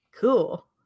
Cool